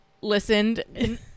listened